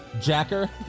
Jacker